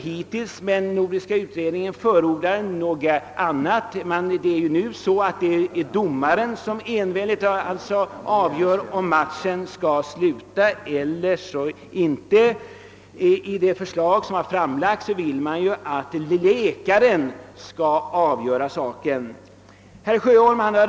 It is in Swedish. Nordiska rådets utredning förordar ett annat förfarande och vill enligt föreliggande förslag att läkaren skall avgöra den saken.